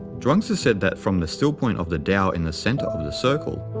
chuang-tzu said that from the still point of the tao in the center of the circle,